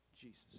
Jesus